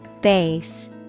Base